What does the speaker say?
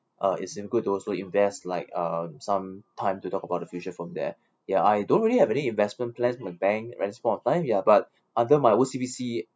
uh it seems good to also invest like um some time to talk about the future from there ya I don't really have any investment plans in my bank at this point of time ya but other my O_C_B_C